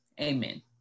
Amen